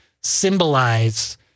symbolize